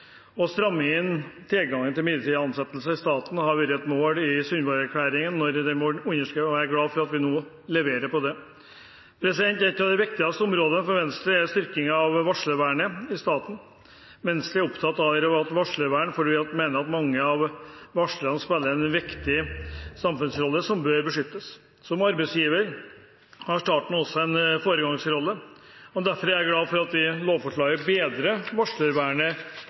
Å stramme inn tilgangen til midlertidig ansettelse i staten var et mål i Sundvolden-erklæringen da den ble underskrevet, og jeg er glad for at vi nå leverer på det. Et av de viktigste områdene for Venstre er styrking av varslervernet i staten. Venstre er opptatt av varslervern fordi vi mener at mange av varslerne spiller en viktig samfunnsrolle som bør beskyttes. Som arbeidsgiver har staten også en foregangsrolle, og derfor er jeg glad for at vi i lovforslaget bedrer varslervernet